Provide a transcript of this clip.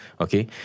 Okay